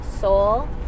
soul